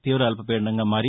తీవ అల్బపీడనంగా మారి